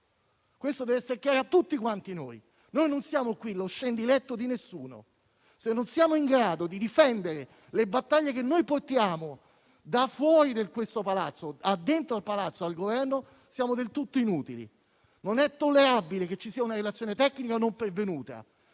Questo deve essere chiaro a tutti quanti noi. Non siamo qui lo scendiletto di alcuno. Se non siamo in grado di difendere le battaglie che, da fuori, portiamo dentro il Palazzo e al Governo siamo del tutto inutili. Non è tollerabile che ci sia una relazione tecnica non pervenuta.